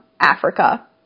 Africa